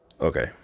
Okay